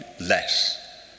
less